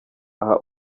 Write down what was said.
aha